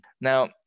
Now